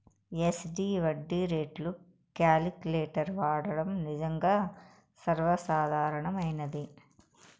SD వడ్డీ రేట్లు calculator వాడడం నిజంగా సర్వసాధారణమైనది